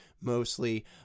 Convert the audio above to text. mostly